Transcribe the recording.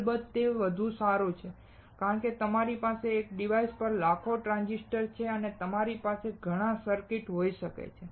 અલબત્ત તે વધુ સારું છે કારણ કે તમારી પાસે એક ડિવાઇસ પર લાખો ટ્રાંઝિસ્ટર છે અને તમારી પાસે ઘણાં સર્કિટ્સ હોઈ શકે છે